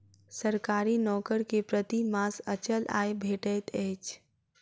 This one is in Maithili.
सरकारी नौकर के प्रति मास अचल आय भेटैत अछि